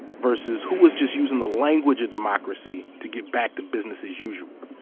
versus who was just using the language of democracy to get back to business as usual?